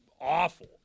awful